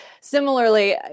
similarly